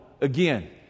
again